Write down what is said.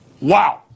Wow